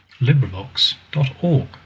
LibriVox.org